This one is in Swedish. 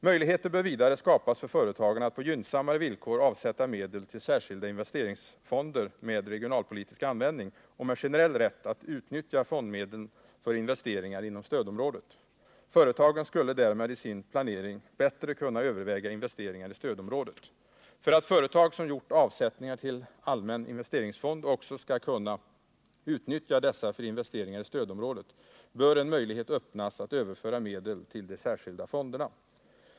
Möjligheter bör vidare skapas för företagen att på gynnsammare villkor avsätta medel till särskilda investeringsfonder med regionalpolitisk användning och med generell rätt att utnyttja fondmedlen för investeringar inom stödområdet. Företagen skulle därmed i sin planering bättre kunna överväga investeringar i stödområdet. För att företag som gjort avsättningar till allmän investeringsfond också skall kunna utnyttja dessa för investeringar i stödområdet bör en möjlighet öppnas att överföra medel till de särkilda fonderna.